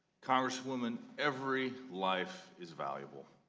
congresswoman every life is valuable.